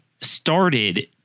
started